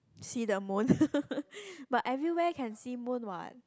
see the moon but everywhere can see moon what